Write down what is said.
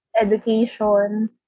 education